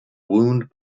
wound